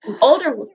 older